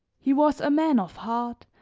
he was a man of heart,